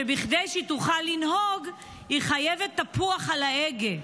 שכדי שהיא תוכל לנהוג היא חייבת תפוח על ההגה.